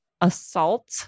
assault